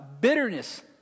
Bitterness